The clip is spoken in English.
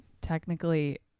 technically